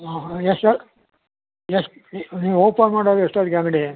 ಯ ಎಶ್ವಕ್ ಎಷ್ಟು ನೀವು ಓಪನ್ ಮಾಡೋದು ಎಷ್ಟೊತ್ತಿಗೆ ಅಂಗಡಿ